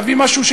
תביא משהו,